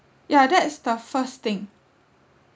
ya that is the first thing